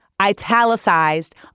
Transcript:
italicized